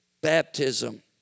baptism